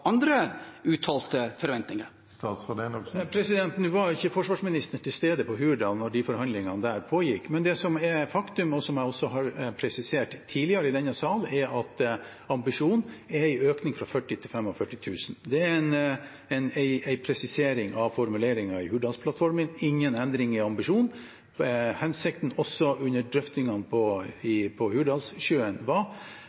andre uttalte forventninger? Nå var ikke forsvarsministeren til stede da forhandlingene i Hurdal pågikk, men det som er faktum, og som jeg også har presisert tidligere i denne salen, er at ambisjonen er å få en økning fra 40 000 til 45 000. Det er en presisering av formuleringen i Hurdalsplattformen, og det er ingen endring i ambisjonene. Under drøftingene ved Hurdalssjøen var hensikten,